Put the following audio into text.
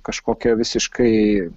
kažkokia visiškai